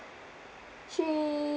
she